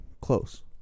Close